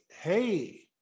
hey